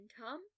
Tom